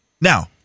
Now